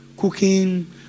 cooking